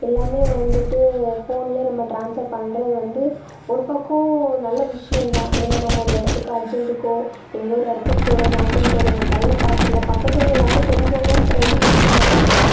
எல்லாமே வந்துவிட்டு ஃபோன்லேயே நம்ம ட்ரான்ஸ்ஃபர் பண்ணுறது வந்து ஒரு பக்கம் நல்ல விஷயம் தான் ஏன்னா நம்ம ஒரு இடத்துக்கு அர்ஜெண்ட்டுக்கோ எங்கோ ஒரு இடத்துக்கு போகிறோம் மாட்டிக்கிட்டோம் நம்ம கையில் காசு இல்லை பக்கத்துவங்க யாரும் தெரிஞ்சவங்கன்றது இருக்க மாட்டாங்க